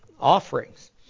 offerings